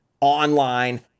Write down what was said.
online